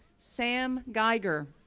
sam geiger,